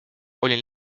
olin